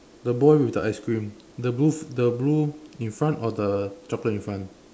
the boy with the ice cream the blue the blue in front or the chocolate in front